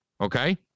Okay